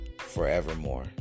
forevermore